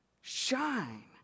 shine